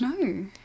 No